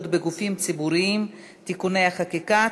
בגופים ציבוריים (תיקוני חקיקה),